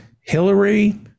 Hillary